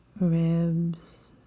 ribs